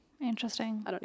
Interesting